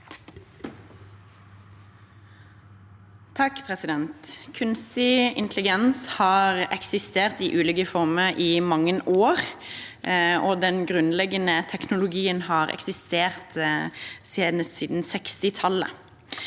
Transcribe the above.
(V) Kunstig intelligens har eksistert i ulike former i mange år, og den grunnleggende teknologien har eksistert siden 1960-tallet.